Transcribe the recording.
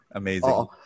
amazing